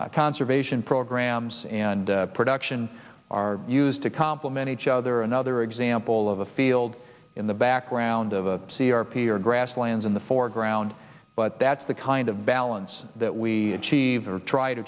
conservation programs and production are used to compliment each other another example of a field in the background of c r p or grasslands in the foreground but that's the kind of balance that we achieve or try to